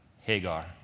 Hagar